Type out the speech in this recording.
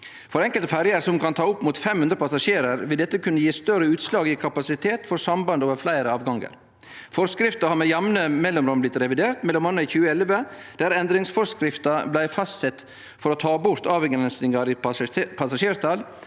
For enkelte ferjer som kan ta opp mot 500 passasjerar, vil dette kunne gje større utslag i kapasitet for sambandet over fleire avgangar. Forskrifta har med jamne mellomrom blitt revidert, m.a. i 2011, der endringsforskrifta blei fastsett for å ta bort avgrensingar i passasjertalet